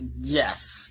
yes